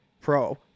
pro